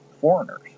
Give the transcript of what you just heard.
foreigners